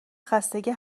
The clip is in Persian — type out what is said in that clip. خستگی